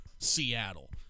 Seattle